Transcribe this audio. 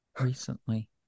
recently